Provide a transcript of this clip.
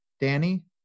Danny